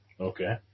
Okay